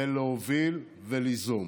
ולהוביל וליזום.